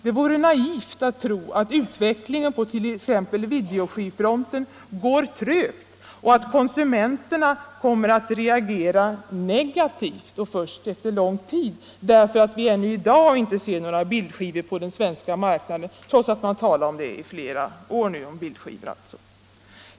Det vore naivt att tro att utvecklingen på t.ex. videoskivfronten går trögt och att konsumenterna kommer att reagera motvilligt och först efter lång tid, därför att vi ännu i dag inte ser några bildskivor på den svenska marknaden, trots att det talats om bildskivor i flera år nu.